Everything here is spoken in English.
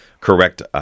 correct